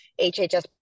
HHS